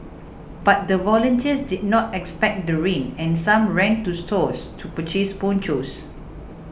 but the volunteers did not expect the rain and some ran to stores to purchase ponchos